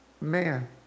man